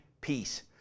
peace